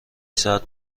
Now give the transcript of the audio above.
ساعت